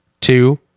two